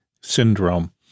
syndrome